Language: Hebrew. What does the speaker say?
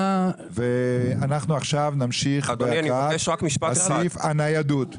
אנחנו עכשיו בסעיף הניידות.